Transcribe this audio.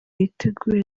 yiteguye